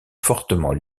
fortement